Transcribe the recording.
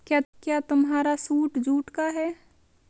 क्या तुम्हारा suit jute का है?